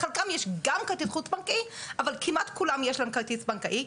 לחלקם יש גם כרטיס חוץ בנקאי,